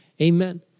amen